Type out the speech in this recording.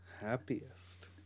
Happiest